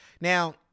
Now